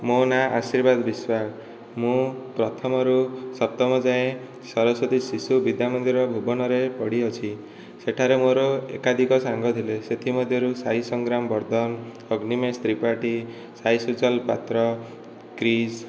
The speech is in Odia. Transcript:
ମୋ ନାଁ ଆଶୀର୍ବାଦ ବିଶ୍ୱାଳ ମୁଁ ପ୍ରଥମ ରୁ ସପ୍ତମ ଯାଏଁ ସରସ୍ବତୀ ଶିଶୁ ବିଦ୍ୟା ମନ୍ଦିର ଭୁବନରେ ପଡ଼ିଅଛି ସେଠାରେ ମୋର ଏକାଧିକ ସାଙ୍ଗ ଥିଲେ ସେଥି ମଧ୍ୟରୁ ସାଇ ସଂଗ୍ରାମ ବର୍ଦ୍ଧନ ଅଗ୍ନିମେଷ ତ୍ରିପାଠୀ ସାଇ ସୁଜଳ ପାତ୍ର କ୍ରିସ